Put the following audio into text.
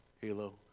halo